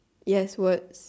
yes words